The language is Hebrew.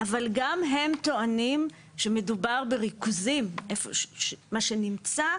אבל גם הם טוענים שמדובר בריכוזים מה שנמצא,